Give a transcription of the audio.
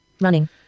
running